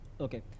Okay